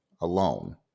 alone